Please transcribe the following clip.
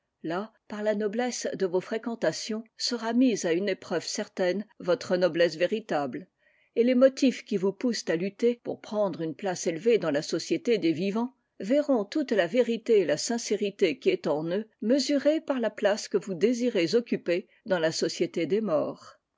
là par la noblesse de vos fréquentations sera mise à une épreuve certaine votre noblesse véritable et les motifs qui vous poussent à lutter pour prendre une place élevée dans la société des vivants verront toute la vérité et la sincérité qui est en eux mesurée par la place que vousdésirez occuper dansia société des morts